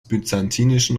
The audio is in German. byzantinischen